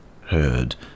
heard